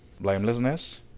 blamelessness